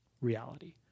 reality